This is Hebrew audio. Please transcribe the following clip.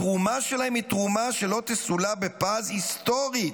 התרומה שלהם היא תרומה שלא תסולא בפז היסטורית,